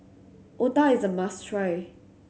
Otah is a must try